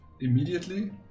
immediately